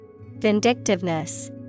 Vindictiveness